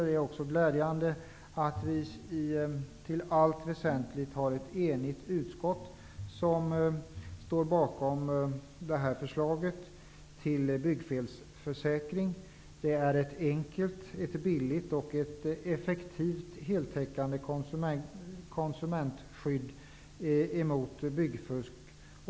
Det är också glädjande att det i allt väsentligt är ett enigt utskott som står bakom det här förslaget till byggfelsförsäkring. Det är ett enkelt, billigt och effektivt heltäckande konsumentskydd emot byggfusk.